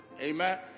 Amen